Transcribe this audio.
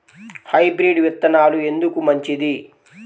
Hybrid విత్తనాలు ఎందుకు మంచిది?